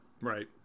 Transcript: Right